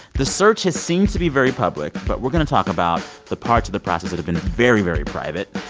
the search has seemed to be very public, but we're going to talk about the parts of the process that have been very, very private.